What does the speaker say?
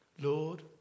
Lord